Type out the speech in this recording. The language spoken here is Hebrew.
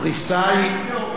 הפריסה היא תיאורטית או בפועל?